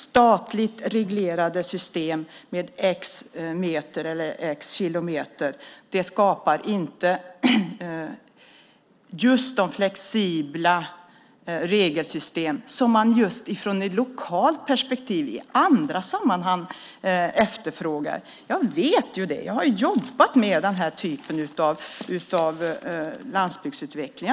Statligt reglerade system med x meter eller x kilometer skapar inte de flexibla regelsystem som man just från ett lokalt perspektiv i andra sammanhang efterfrågar. Jag vet ju det, eftersom jag har jobbat med den här typen av landsbygdsutveckling.